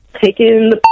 taking